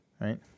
Right